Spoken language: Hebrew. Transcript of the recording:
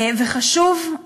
וחשוב,